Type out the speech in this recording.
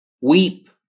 Weep